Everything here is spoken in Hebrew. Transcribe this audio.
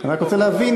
אני רק רוצה להבין,